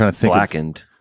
blackened